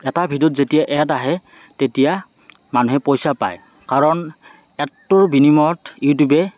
এটা ভিডিঅ'ত যেতিয়া এড আহে তেতিয়া মানুহে পইচা পায় কাৰণ এডটোৰ বিনিময়ত ইউটিউবে